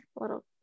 little